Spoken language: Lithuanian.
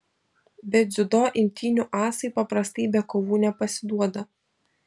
bet dziudo imtynių asai paprastai be kovų nepasiduoda